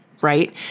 right